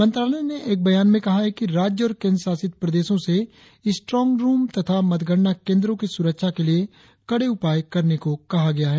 मंत्रालय ने एक बयान में कहा है कि राज्य और केंद्र शासित प्रदेशों से स्ट्रॉगरुम तथा मतगणना केंद्रों की सुरक्षा के लिए कड़े उपाय करने को कहा गया है